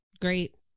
Great